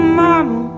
mama